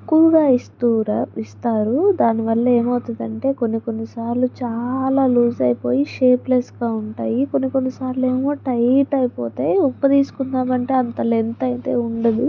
తక్కువగా ఇస్తారా ఇస్తారు దానివల్ల ఏమవుతుందంటే కొన్ని కొన్ని సార్లు చాలా లూస్ అయిపోయి షేప్లెస్గా ఉంటాయి కొన్ని కొన్ని సార్లు ఏమో టైట్ అయిపోతే ఉక్క తీసుకుందామంటే అంత లెంత్ అయితే ఉండదు